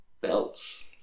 belts